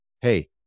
hey